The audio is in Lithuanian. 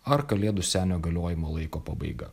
ar kalėdų senio galiojimo laiko pabaiga